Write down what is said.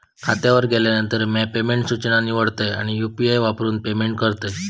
खात्यावर गेल्यानंतर, म्या पेमेंट सूचना निवडतय आणि यू.पी.आई वापरून पेमेंट करतय